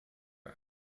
are